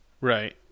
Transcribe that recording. right